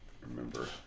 remember